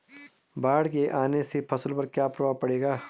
बाढ़ के आने से फसलों पर क्या प्रभाव पड़ेगा?